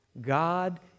God